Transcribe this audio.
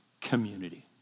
community